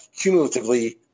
cumulatively